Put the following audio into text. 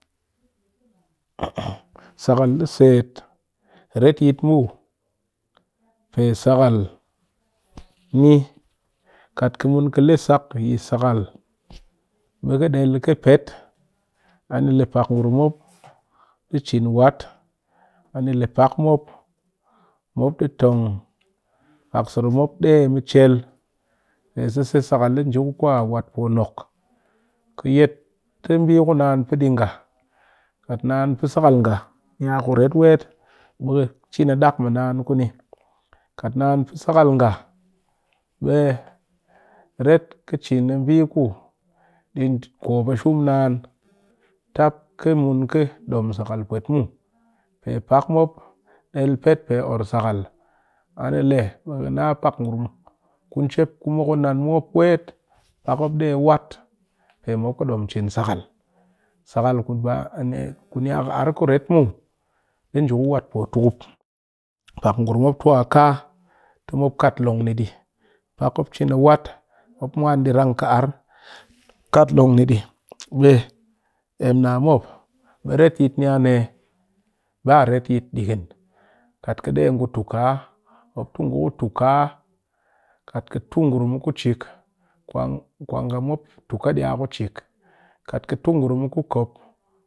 Sakal di set retyit muw, pe sakal ni kat ka le sak yi sakal be del kɨ pet ani le pak ngurum mop di cin wat ani le pak sirop mop ɗe a mɨ chel pe sese sakal di nje ku wat ponok kɨ yet ti bi ku naan pɨ di nga kat naan pɨ sakal nga naku ret wet be ka cin mɨ naan kuni naan pɨ sakal nga be ret ka cin bi ku di kwop a shum naan tap ki mun kɨ dom sakal pwet muw, pe pak mop del pit pe or sakal ani le pak ngurum ku njep ku mop ku na'an mop wet pak mop de a wat pe mop kɨdom cin sakal, sakal ku bani ki ar kuret muw di nje ku wat putukup pak ngurum mop tu a kaa te mop kat long ni di pak mop cin a wat mop mwan deran ka arr te mop kat long ni di emna mop be retyit na ne ba reyit dighin kat ki de a tu kaa kat ka tu ngurum a ku cik kwa nga mop tu ka ɗe ku cik.